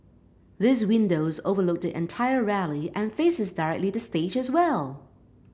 these windows overlook the entire rally and faces directly the stage as well